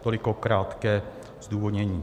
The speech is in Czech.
Toliko krátké zdůvodnění.